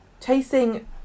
chasing